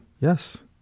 yes